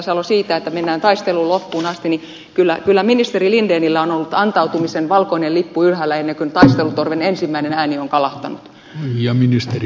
salo että mennään taistelu loppuun asti niin kyllä ministeri lindenillä on ollut antautumisen valkoinen lippu ylhäällä ennen kuin taistelutorven ensimmäinen ääni on kalahtanut